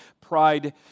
Pride